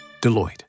Deloitte